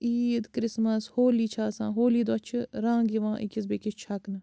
عیٖد Christmas Holi چھِ آسان ہولی دۄہ چھِ رنٛٛگ یِوان أکِس بیٚیِس چھَکنہٕ